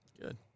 Good